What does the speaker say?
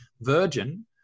Virgin